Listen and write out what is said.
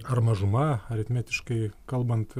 ar mažuma aritmetiškai kalbant